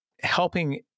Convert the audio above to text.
helping